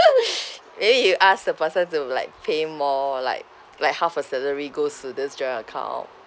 maybe you ask the person to like pay more like like half a salary goes to this joint account